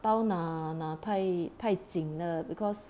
刀拿拿太太紧了 because